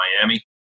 Miami